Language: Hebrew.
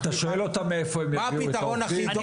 אתה שואל אותם מאיפה הם יביאו את העובדים?